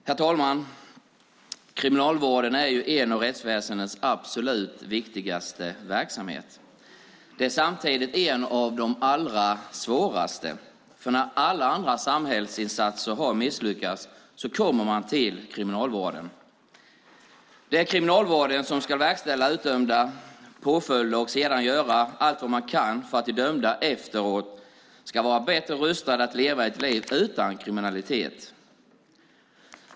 Herr talman! Kriminalvården är en av rättsväsendets absolut viktigaste verksamheter. Det är samtidigt en av de allra svåraste, för när alla andra samhällsinsatser har misslyckats kommer man till kriminalvården. Det är kriminalvården som ska verkställa utdömda påföljder och sedan göra allt vad man kan för att de dömda efteråt ska vara bättre rustade att leva ett liv utan kriminalitet.